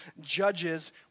judges